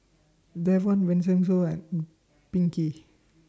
Davon Vincenzo and Pinkey